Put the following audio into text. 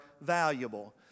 valuable